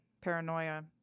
paranoia